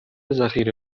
ذخیره